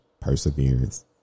perseverance